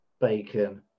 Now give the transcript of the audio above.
bacon